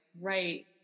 right